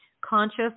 conscious